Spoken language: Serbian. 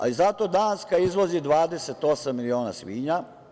Ali, zato Danska izvozi 28 miliona svinja.